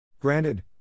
Granted